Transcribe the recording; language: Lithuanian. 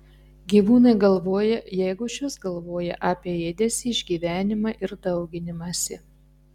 gyvūnai galvoja jeigu išvis galvoja apie ėdesį išgyvenimą ir dauginimąsi